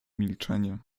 milczenie